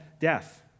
death